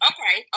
Okay